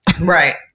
Right